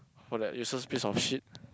for that useless piece of shit